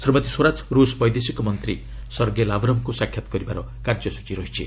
ଶ୍ରୀମତୀ ସ୍ୱରାଜ ରୁଷ୍ ବୈଦେଶିକ ମନ୍ତ୍ରୀ ସର୍ଗେ ଲାବ୍ରବ୍ଙ୍କୁ ସାକ୍ଷାତ୍ କରିବାର କାର୍ଯ୍ୟସ୍ତଚୀ ରହିଛି